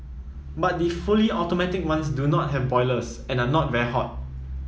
but the fully automatic ones do not have boilers and are not very hot